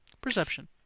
Perception